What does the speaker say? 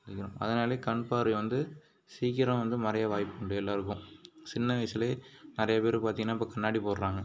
அதனாலேயே கண் பார்வை வந்து சீக்கிரம் வந்து மறைய வாய்ப்பு உண்டு எல்லோருக்கும் சின்ன வயசுலேயே நிறைய பேர் பார்த்திங்கனா இப்போ கண்ணாடி போடுறாங்க